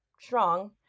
strong